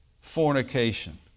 Fornication